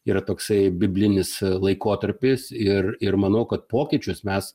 yra toksai biblinis laikotarpis ir ir manau kad pokyčius mes